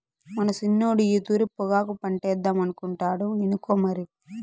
మన సిన్నోడు ఈ తూరి పొగాకు పంటేద్దామనుకుంటాండు ఇనుకో మరి